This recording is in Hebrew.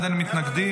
אין מתנגדים,